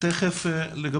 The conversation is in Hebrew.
לפי חוק ארוחה יומית לתלמיד,